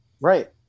right